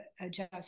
adjust